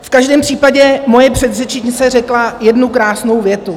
V každém případě moje předřečnice řekla jednu krásnou větu.